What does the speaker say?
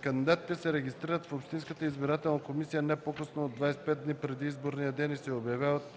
кандидатите се регистрират в общинската избирателна комисия не по-късно от 25 дни преди изборния ден и се обявяват